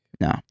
No